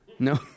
no